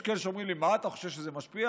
יש כאלה שאומרים לי: מה, אתה חושב שזה משפיע?